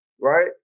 Right